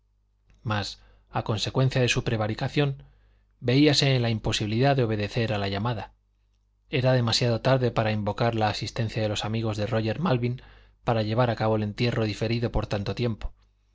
mas a consecuencia de su prevaricación veíase en la imposibilidad de obedecer a la llamada era demasiado tarde para invocar la asistencia de los amigos de róger malvin para llevar a cabo el entierro diferido por tanto tiempo